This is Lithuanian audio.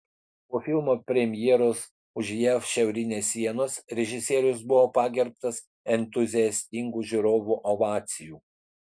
po filmo premjeros už jav šiaurinės sienos režisierius buvo pagerbtas entuziastingų žiūrovų ovacijų